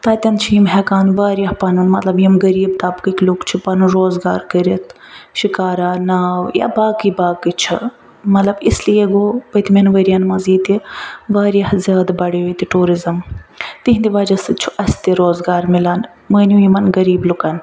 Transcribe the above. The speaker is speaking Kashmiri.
تتین چھِ یِم ہیٚکان واریاہ پنُن مطلب یِم غریٖب طبقٕق لوٗکھ چھِ پنُن روزگار کرتھ شکارا ناو یا باقٕے باقٕے چھِ مطلب اس لیے گوٚو پٔتمیٚن وریَن منٛز ییٚتہِ واریاہ زیادٕ بڑھیٛو ییٚتہِ ٹیٛوٗرِزٕم تہنٛدِ وجہ سۭتۍ چھُ اسہِ تہِ روزگار میلان مٲنِو یِمن غریٖب لوٗکن